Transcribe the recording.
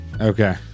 Okay